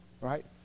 right